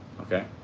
Okay